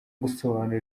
gusobanura